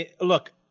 look